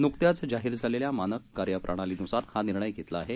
नुकत्याचजाहीरझालेल्यामानककार्यप्रणालीनुसारहानिर्णयघेतलाआहे